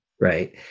right